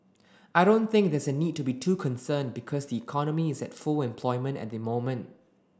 I don't think there's a need to be too concerned because the economy is at full employment at the moment